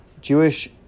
Jewish